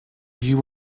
you